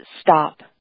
stop